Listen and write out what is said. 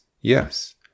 Yes